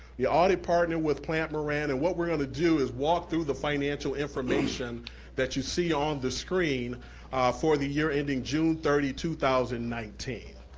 the audit partner with plante moran, and what we're gonna do is walk through the financial information that you see on the screen for the year ending june thirty, two thousand and nineteen.